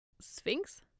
sphinx